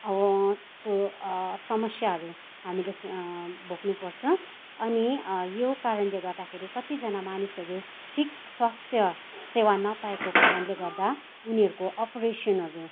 समस्याहरू हामीले भोग्नुपर्छ अनि यो कारणले गर्दाखेरि कतिजना मानिसहरू ठिक स्वास्थ्य सेवा नपाएको कारणले गर्दा उनीहरूको अपरेसनहरू